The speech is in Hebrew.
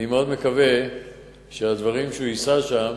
אני מאוד מקווה שהדברים שהוא יישא שם